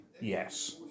yes